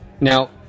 Now